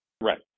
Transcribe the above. Right